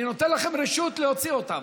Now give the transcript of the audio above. אני נותן לכם רשות להוציא אותם.